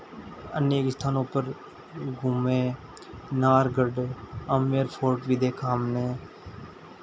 अन्य स्थानों पर घूमें नाहरगढ़ गए आमेर फोर्ट भी देखा हमनें